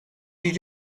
did